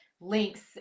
links